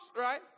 Right